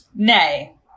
Nay